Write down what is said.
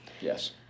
Yes